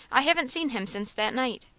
i haven't seen him since that night.